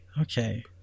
Okay